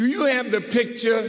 do you have the picture